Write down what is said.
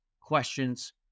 questions